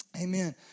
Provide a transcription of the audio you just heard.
Amen